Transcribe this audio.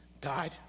died